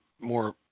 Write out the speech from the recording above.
more